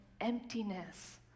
emptiness